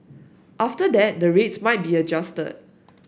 after that the rates might be adjusted